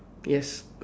yes